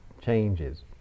changes